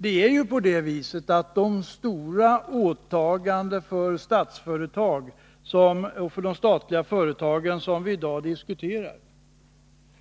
Diskussionen i dag om de stora åtagandena för Statsföretag och andra statliga företag